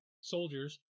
soldiers